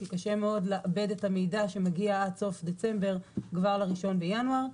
כי קשה מאוד לעבד את המידע שמגיע עד סוף דצמבר כבר ל-1 בינואר.